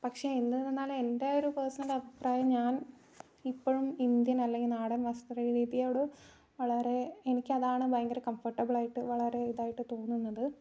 പക്ഷേ എന്ത് വന്നാലും എൻ്റെ ഒരു പേഴ്സണൽ അഭിപ്രായം ഞാൻ ഇപ്പോഴും ഇന്ത്യൻ അല്ലെങ്കിൽ നാടൻ വസ്ത്ര രീതിയോട് വളരെ എനിക്ക് അതാണ് ഭയങ്കര കംഫർട്ടബിളായിട്ട് വളരെ ഇതായിട്ട് തോന്നുന്നത്